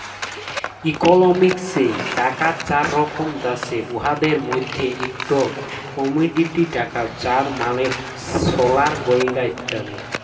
ইকলমিক্সে টাকার চার রকম দ্যাশে, উয়াদের মইধ্যে ইকট কমডিটি টাকা যার মালে সলার গয়লা ইত্যাদি